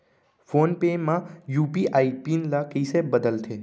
Phone पे म UPI pin ल कइसे बदलथे?